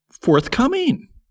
forthcoming